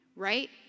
Right